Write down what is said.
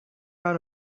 out